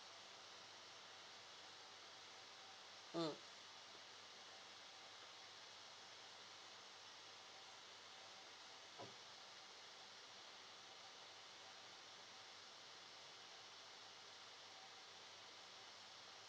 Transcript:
mm